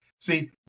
See